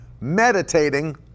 meditating